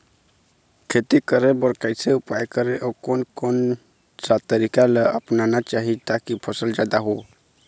खेती करें बर कैसे उपाय करें अउ कोन कौन सा तरीका ला अपनाना चाही ताकि फसल जादा हो?